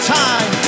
time